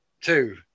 Two